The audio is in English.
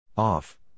Off